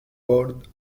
board